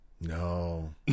No